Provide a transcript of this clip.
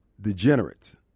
degenerates